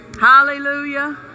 Hallelujah